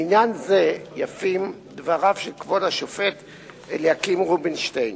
לעניין זה יפים דבריו של כבוד השופט אליקים רובינשטיין